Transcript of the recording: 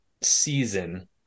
season